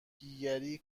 دیگری